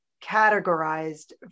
categorized